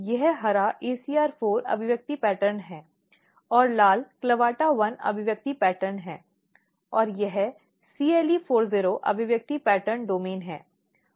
यह हरा ACR4 अभिव्यक्ति पैटर्न है और लाल CLAVATA1 अभिव्यक्ति पैटर्न है और यह CLE40 अभिव्यक्ति पैटर्न डोमेन है